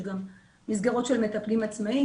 יש גם מסגרות של מטפלים עצמאיים.